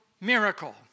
miracle